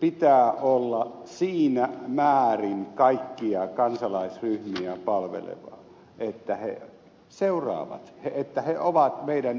pitää olla siinä määrin kaikkia kansalaisryhmiä palvelevaa että he seuraavat että he ovat meidän yhytettävissämme